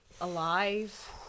alive